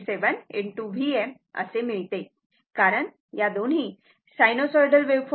637 Vm असे मिळते कारण हे दोन्ही साईनोसॉइडल वेव्हफॉर्म आहेत